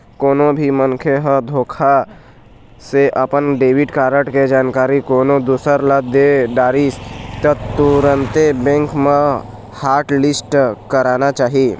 कोनो भी मनखे ह धोखा से अपन डेबिट कारड के जानकारी कोनो दूसर ल दे डरिस त तुरते बेंक म हॉटलिस्ट कराना चाही